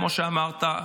כמו שאמרת,